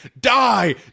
die